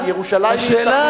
ירושלים היא התנחלות,